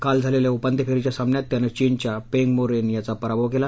काल झालेल्या उपांत्य फेरीच्या सामन्यात त्यानं चीनच्या पेंगबो रेन याचा पराभव केला